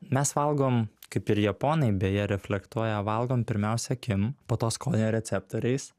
mes valgom kaip ir japonai beje reflektuoja valgom pirmiausia akim po to skonio receptoriais